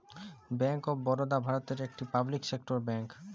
bank of Baroda ভারতের একটি public sector bank